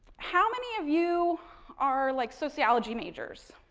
how many of you are like sociology majors?